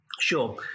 Sure